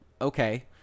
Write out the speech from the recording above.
Okay